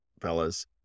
fellas